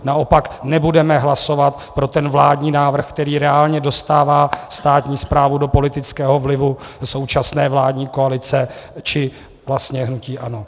Naopak nebudeme hlasovat pro ten vládní návrh, který reálně dostává státní správu do politického vlivu současné vládní koalice či vlastně hnutí ANO.